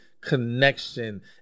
connection